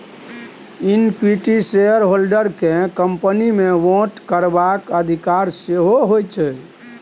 equity shareholders केँ company मे vote करबाक अधिकार सेहो होइ छै